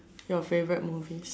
your favourite movie